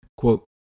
Quote